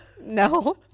No